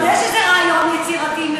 תודה שזה רעיון יצירתי,